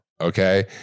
Okay